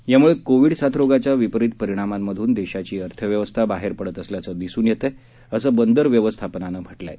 यामुळे कोविड साथरोगाच्या विपरीत परिणांमामधून देशाची अर्थव्यवस्था बाहेर पडत असल्याचं दिसून येत आहे असं बंदर व्यवस्थापनाने म्हटलं आहे